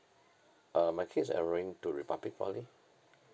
uh my kid's enrolling to republic poly